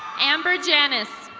amber janice.